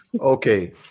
Okay